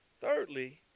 Thirdly